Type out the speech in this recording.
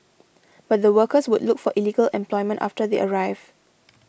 but the workers would look for illegal employment after they arrive